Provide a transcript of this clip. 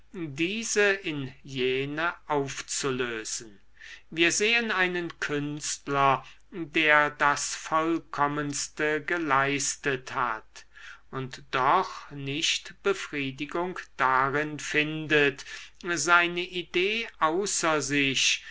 diese in jene aufzulösen wir sehen einen künstler der das vollkommenste geleistet hat und doch nicht befriedigung darin findet seine idee außer sich